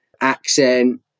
accent